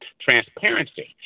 transparency